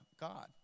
God